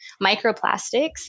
Microplastics